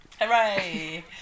hooray